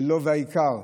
והעיקר,